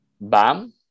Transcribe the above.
Bam